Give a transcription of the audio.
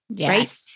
right